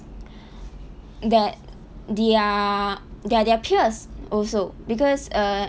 that their their their peers also because err